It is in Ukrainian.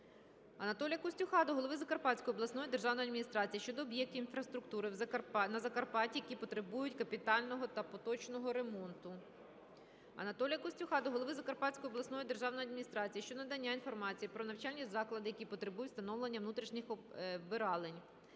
Анатолія Костюха до голови Закарпатської обласної державної адміністрації щодо об'єктів інфраструктури на Закарпатті, які потребують капітального та поточного ремонту. Анатолія Костюха до голови Закарпатської обласної державної адміністрації щодо надання інформації про навчальні заклади, які потребують встановлення внутрішніх вбиралень.